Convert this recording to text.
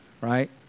Right